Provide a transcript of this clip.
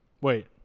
Wait